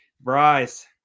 Bryce